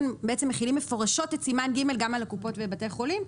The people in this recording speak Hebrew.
מחילים מפורשות את סימן ג' גם על הקופות ובתי החולים.